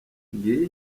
ngiyi